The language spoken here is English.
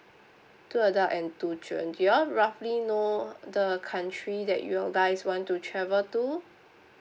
two adult and two children y'all roughly know the country that you guys want to travel to